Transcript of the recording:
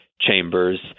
chambers